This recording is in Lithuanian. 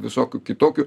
visokių kitokių